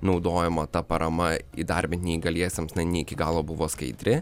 naudojama ta parama įdarbinti neįgaliesiems ne iki galo buvo skaidri